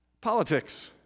politics